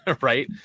right